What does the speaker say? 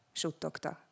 suttogta